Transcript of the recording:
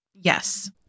Yes